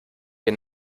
den